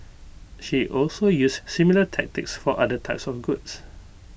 she also used similar tactics for other types of goods